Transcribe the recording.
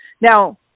Now